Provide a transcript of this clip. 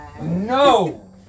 No